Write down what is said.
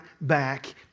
back